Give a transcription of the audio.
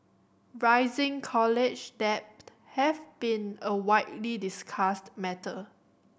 rising college debt have been a widely discussed matter